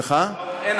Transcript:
אין